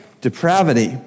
depravity